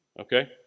Okay